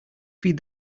feed